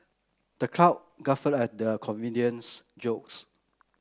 the crowd guffawed at the comedian's jokes